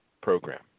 program